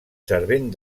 servent